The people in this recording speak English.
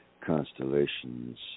constellations